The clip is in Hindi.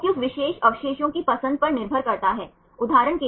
इसलिए प्रति बार 36 अवशेष 36 residues per turn